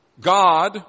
God